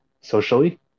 socially